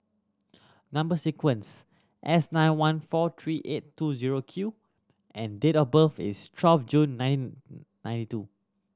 number sequence S nine one four three eight two zero Q and date of birth is twelve June nine ninety two